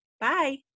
Bye